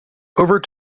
over